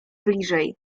bliżej